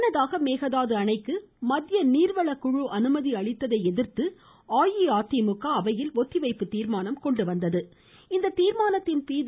முன்னதாக மேகதாது அணைக்கு மத்திய நீர்வள குழு அனுமதி அளித்ததை எதிர்த்து அஇஅதிமுக அவையில் ஒத்திவைப்பு தீர்மானம் கொண்டுவந்தது